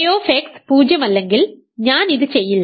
K പൂജ്യമല്ലെങ്കിൽ ഞാൻ ഇത് ചെയ്യില്ല